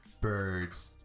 birds